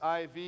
IV